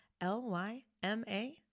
L-Y-M-A